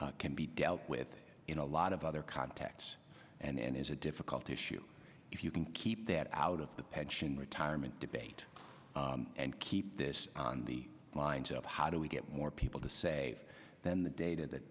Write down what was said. can be dealt with in a lot of other contexts and is a difficult issue if you can keep that out of the pension retirement debate and keep this on the lines of how do we get more people to say than the data that